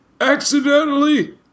accidentally